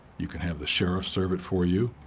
you can have the sheriff serve it for you,